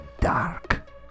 Dark